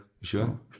sure